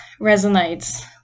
resonates